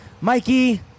Mikey